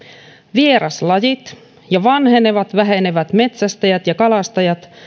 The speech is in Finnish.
vieraslajit vanhenevat ja vähenevät metsästäjät ja kalastajat